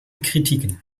kritiken